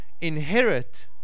inherit